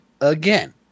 again